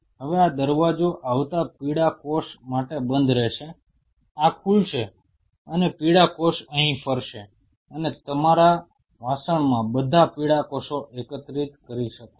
હવે આ દરવાજો આવતા પીળા કોષ માટે બંધ રહેશે આ ખુલશે અને પીળો કોષ અહીં ફરશે અને તમે તમારા વાસણમાં બધા પીળા કોષો એકત્રિત કરી શકો છો